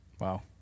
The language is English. Wow